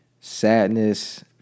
sadness